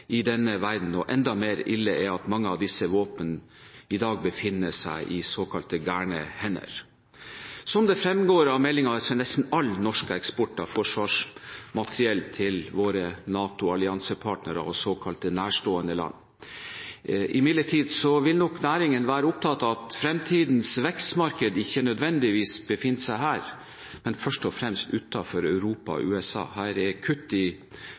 i verden, og enda mer ille er det at mange av disse våpnene i dag befinner seg i såkalte gale hender. Som det fremgår av meldingen er nesten all norsk eksport av forsvarsmateriell til våre alliansepartnere i NATO og såkalte nærstående land. Imidlertid vil nok næringen være opptatt av at fremtidens vekstmarked ikke nødvendigvis befinner seg her, men først og fremst utenfor Europa og USA. Her er kutt i